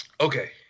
Okay